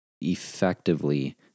effectively